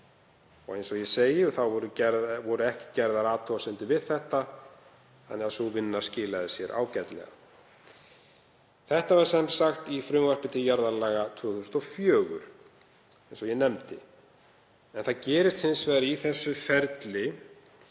Eins og ég segi voru ekki gerðar athugasemdir við þetta þannig að sú vinna skilaði sér ágætlega. Þetta var sem sagt í frumvarpi til jarðalaga 2004, eins og ég nefndi. En það gerist hins vegar í þessu ferli